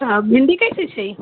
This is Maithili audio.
हँ भिंडी कैसे छै